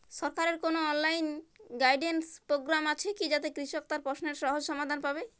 সরকারের কোনো online guidance program আছে কি যাতে কৃষক তার প্রশ্নের সহজ সমাধান পাবে?